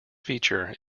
feature